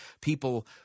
people